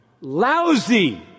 lousy